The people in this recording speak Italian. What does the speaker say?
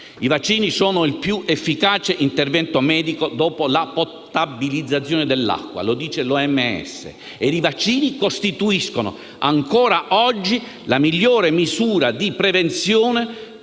I vaccini sono il più efficace intervento medico dopo la potabilizzazione dell'acqua: lo dice l'OMS. I vaccini costituiscono ancora oggi la migliore misura di prevenzione,